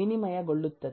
ವಿನಿಮಯಗೊಳ್ಳುತ್ತದೆ